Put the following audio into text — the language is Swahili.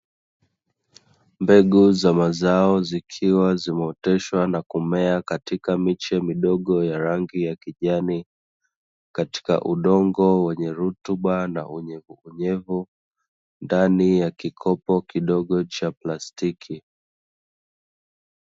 Mbegu za mazao zikiwa zimeoteshwa na kumea katika miche midogo ya rangi ya kijani. Katika udongo wenye rutuba na unyevu unyevu ndani ya kikopo kidogo cha plastiki.